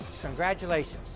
congratulations